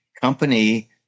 company